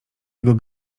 jego